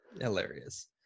hilarious